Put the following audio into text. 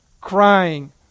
crying